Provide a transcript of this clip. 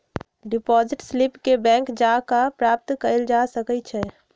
deposit slip के bank जा कऽ प्राप्त कएल जा सकइ छइ